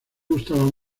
gustaba